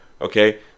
okay